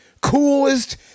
coolest